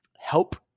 help